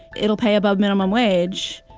it'll pay above minimum wage.